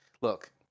look